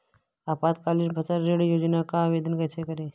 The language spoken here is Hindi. अल्पकालीन फसली ऋण योजना का आवेदन कैसे करें?